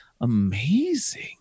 amazing